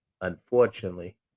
unfortunately